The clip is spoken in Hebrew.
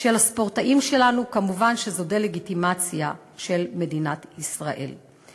של הספורטאים שלנו מובן שזו דה-לגיטימציה של מדינת ישראל.